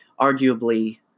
arguably